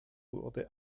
wurde